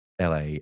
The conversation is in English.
la